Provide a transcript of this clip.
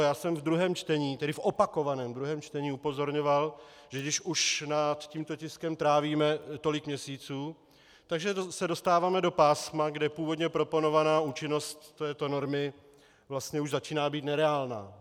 Já jsem v druhém čtení, tedy v opakovaném druhém čtení, upozorňoval, že když už nad tímto tiskem trávíme tolik měsíců, tak že se dostáváme do pásma, kde původně proponovaná účinnost této normy vlastně už začíná být nereálná.